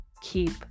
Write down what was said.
keep